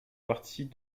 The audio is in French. partie